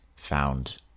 found